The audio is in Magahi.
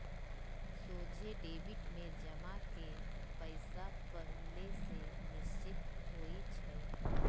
सोझे डेबिट में जमा के पइसा पहिले से निश्चित होइ छइ